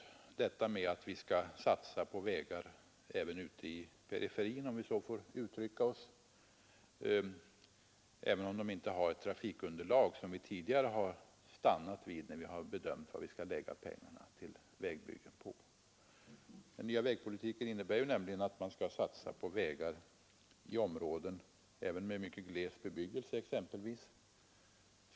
Vi skall enligt denna satsa också på vägar ute i periferin, även om de inte har ett sådant trafikunderlag som vi tidigare har krävt när vi har bestämt var vi skall anslå medel till vägbyggen. Den nya vägpolitiken innebär nämligen att man skall satsa på vägar även exempelvis inom områden med mycket gles bebyggelse.